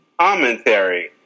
commentary